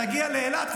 להגיע לאילת,